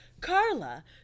Carla